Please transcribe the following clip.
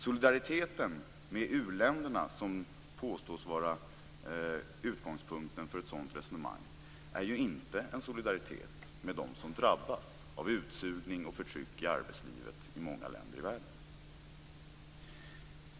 Solidariteten med u-länderna, som påstås vara utgångspunkten för ett sådant resonemang, är ju inte en solidaritet med dem som drabbas av utsugning och förtryck i arbetslivet i många länder i världen.